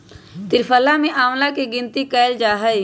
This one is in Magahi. त्रिफला में आंवला के गिनती कइल जाहई